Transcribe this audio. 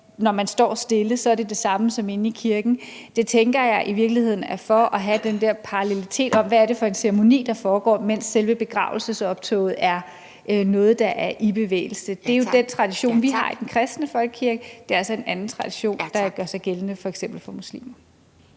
når man står stille, er det samme som inde i kirken, tænker jeg, det i virkeligheden er for at have den der parallelitet i, hvad det er for en ceremoni, der foregår, mens selve begravelsesoptoget er noget, der er i bevægelse. Det er jo den tradition, vi har i den kristne folkekirke, og det er så en anden tradition, der gør sig gældende for f.eks. muslimer.